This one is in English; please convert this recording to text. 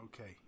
Okay